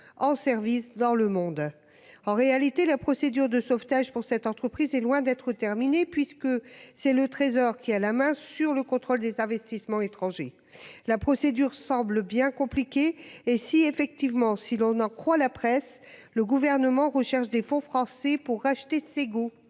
en service dans le monde. En réalité, la procédure de sauvetage de cette entreprise est loin d'être terminée, puisque c'est la direction du trésor qui a la main sur le contrôle des investissements étrangers. Le chemin semble compliqué. Si l'on en croit la presse, le Gouvernement recherche des fonds français pour racheter Segault.